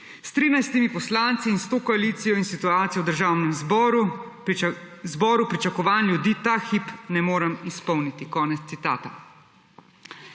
»S 13 poslanci in s to koalicijo in situacijo v državnem zboru pričakovanj ljudi ta hip ne morem izpolniti.«